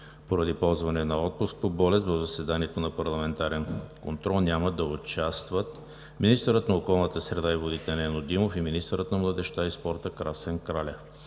Поради ползване на отпуск по болест в заседанието за парламентарен контрол няма да участват министърът на околната среда и водите Нено Димов и министърът на младежта и спорта Красен Кралев.